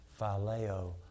phileo